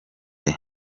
neza